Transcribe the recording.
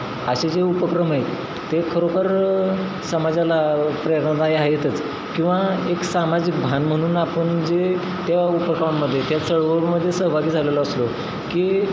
असे जे उपक्रम आहेत ते खरोखर समाजाला प्रेरणादायी आहेतच किंवा एक सामाजिक भान म्हणून आपण जे त्या उपक्रमांमध्ये त्या चळवळीमध्ये सहभागी झालेलो असलो की